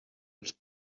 els